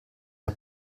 der